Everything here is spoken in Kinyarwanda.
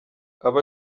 abo